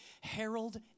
Harold